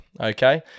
Okay